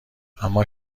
اما